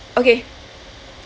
okay